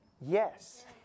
Yes